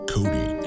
Cody